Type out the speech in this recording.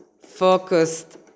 focused